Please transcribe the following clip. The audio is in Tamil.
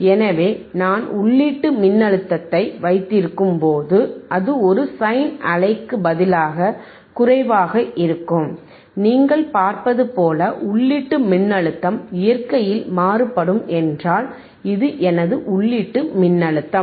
எனவே நான் உள்ளீட்டு மின்னழுத்தத்தை வைத்திருக்கும்போது அது ஒரு சைன் அலைக்கு பதிலாக குறைவாக இருக்கும் நீங்கள் பார்ப்பது போல உள்ளீட்டு மின்னழுத்தம் இயற்கையில் மாறுபடும் என்றால் இது எனது உள்ளீட்டு மின்னழுத்தம்